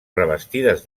revestides